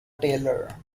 tailor